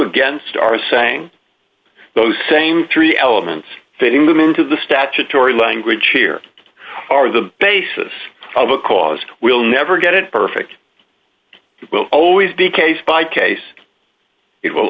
against are saying those same three elements fitting them into the statutory language here are the basis of a cause we'll never get it perfect will always be case by case it will